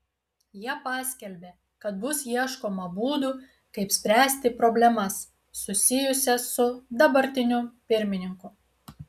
jie paskelbė kad bus ieškoma būdų kaip spręsti problemas susijusias su dabartiniu pirmininku